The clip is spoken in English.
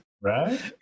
Right